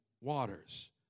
waters